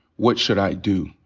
what should i do?